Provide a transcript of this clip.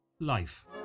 Life